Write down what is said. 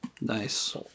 Nice